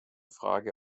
frage